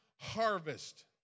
harvest